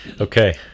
okay